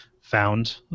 found